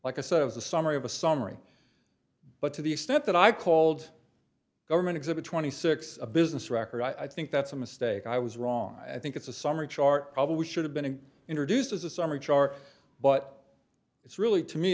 us of the summary of a summary but to the extent that i called government exhibit twenty six a business record i think that's a mistake i was wrong i think it's a summary chart probably should have been introduced as a summary chart but it's really to me